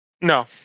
No